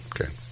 Okay